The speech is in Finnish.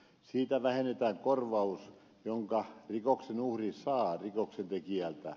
siitä vähennetään korvaus jonka rikoksen uhri saa rikoksentekijältä